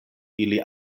ili